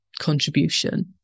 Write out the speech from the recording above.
contribution